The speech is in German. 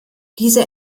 diese